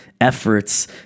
efforts